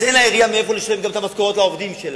אז אין לעירייה מאיפה לשלם גם את המשכורות לעובדים שלה.